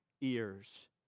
ears